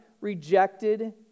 rejected